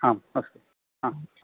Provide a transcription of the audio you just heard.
आम् अस्तु हा